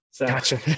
Gotcha